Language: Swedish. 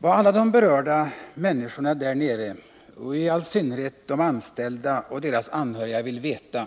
Vad alla de berörda människorna i Borås och Sjuhäradsbygden och i all synnerhet de anställda och deras anhöriga vill veta